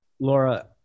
Laura